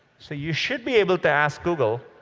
so you should be able to ask google,